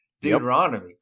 Deuteronomy